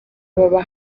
baba